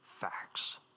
facts